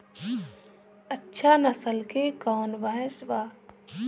अच्छा नस्ल के कौन भैंस बा?